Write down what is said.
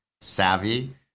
savvy